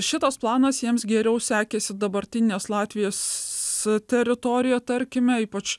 šitas planas jiems geriau sekėsi dabartinės latvijos teritoriją tarkime ypač